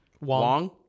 Wong